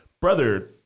brother